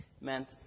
meant